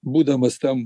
būdamas tam